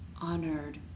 honored